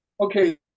Okay